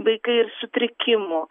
vaikai ir sutrikimų